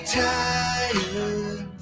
tired